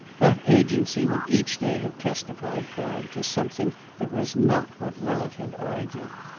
that agency would each day have testified for him to something that was not what woollett had argued.